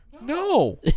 No